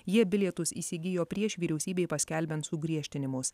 jie bilietus įsigijo prieš vyriausybei paskelbiant sugriežtinimus